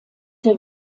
der